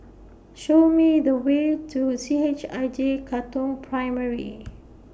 Show Me The Way to C H I J Katong Primary